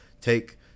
take